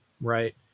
right